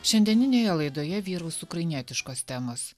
šiandieninėje laidoje vyraus ukrainietiškos temos